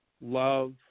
love